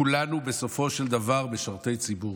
כולנו בסופו של דבר משרתי ציבור.